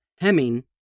hemming